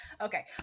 Okay